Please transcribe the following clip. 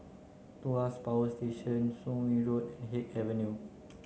Tuas Power Station Soon Wing Road and Haig Avenue